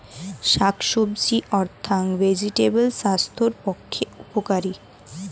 শাকসবজি অর্থাৎ ভেজিটেবল স্বাস্থ্যের পক্ষে উপকারী